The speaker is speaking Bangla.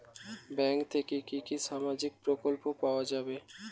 ব্যাঙ্ক থেকে কি কি সামাজিক প্রকল্প পাওয়া যাবে?